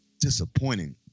disappointing